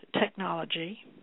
technology